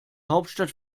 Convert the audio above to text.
hauptstadt